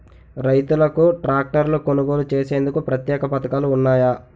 రైతులకు ట్రాక్టర్లు కొనుగోలు చేసేందుకు ప్రత్యేక పథకాలు ఉన్నాయా?